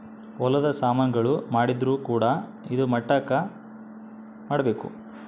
ಹೊಲದ ಸಾಮನ್ ಗಳು ಮಾಡಿದ್ರು ಕೂಡ ಇದಾ ಮಟ್ಟಕ್ ಮಾಡ್ಬೇಕು